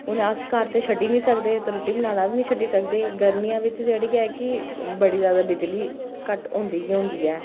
हू'न अस घर ते छड्डी सकदे ते रुट्टी बनाना बी नेईं छड्डी सकदे गर्मियें बिच जेह्ड़ी ऐ की बड़ी जादा बिजली कट होंदी गै होंदी ऐ